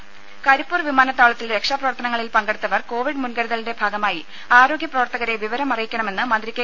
രുക കരിപ്പൂർ വിമാനത്താവളത്തിൽ രക്ഷാപ്രവർത്തനങ്ങളിൽ പങ്കെടുത്തവർ കോവിഡ് മുൻകരുതലിന്റെ ഭാഗമായി ആരോഗ്യ പ്രവർത്തകരെ വിവരമറിയിക്കണമെന്ന് മന്ത്രി കെ